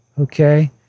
okay